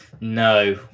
no